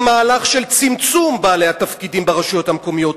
מהלך של צמצום בעלי התפקידים ברשויות המקומיות,